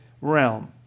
realm